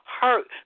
Hurt